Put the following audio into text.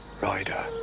Rider